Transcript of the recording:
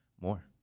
more